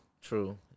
true